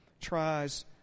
tries